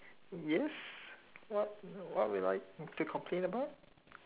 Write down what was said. yes what what would would you like to complain about